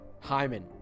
Hyman